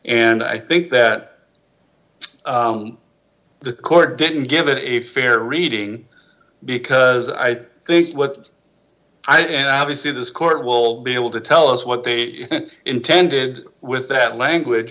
and i think that the court didn't give it a fair reading because i think what obviously this court will be able to tell us what they intended with that language